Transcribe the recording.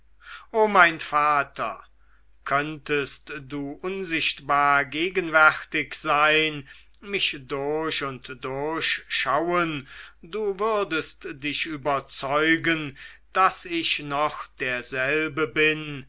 o mein vater könntest du unsichtbar gegenwärtig sein mich durch und durch schauen du würdest dich überzeugen daß ich noch derselbe bin